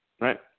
Right